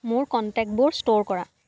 মোৰ কণ্টেক্টবোৰ ষ্ট'ৰ কৰা